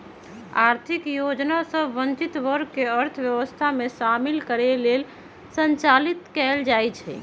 आर्थिक योजना सभ वंचित वर्ग के अर्थव्यवस्था में शामिल करे लेल संचालित कएल जाइ छइ